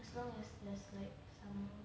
as long as there's like some